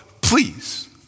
please